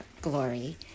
glory